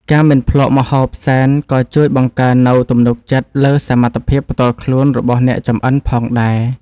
ការមិនភ្លក្សម្ហូបសែនក៏ជួយបង្កើននូវទំនុកចិត្តលើសមត្ថភាពផ្ទាល់ខ្លួនរបស់អ្នកចម្អិនផងដែរ។